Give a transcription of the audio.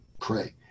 pray